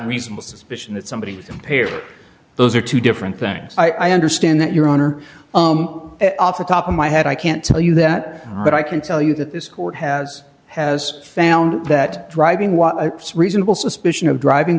reasonable suspicion that somebody compared those are two different things i understand that you're on or off the top of my head i can't tell you that but i can tell you that this court has has found that driving while reasonable suspicion of driving